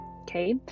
Okay